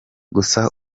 gusa